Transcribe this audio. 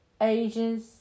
ages